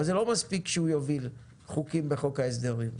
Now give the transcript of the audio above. אבל זה לא מספיק שהוא יוביל חוקים בחוק ההסדרים.